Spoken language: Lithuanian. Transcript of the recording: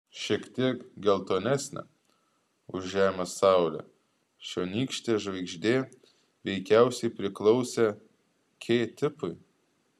šiek tiek geltonesnė už žemės saulę čionykštė žvaigždė veikiausiai priklausė k tipui